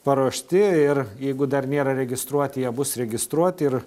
paruošti ir jeigu dar nėra registruoti jie bus registruoti ir